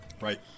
Right